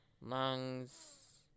lungs